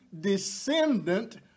descendant